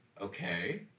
Okay